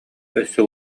өссө